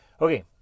Okay